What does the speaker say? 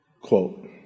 Quote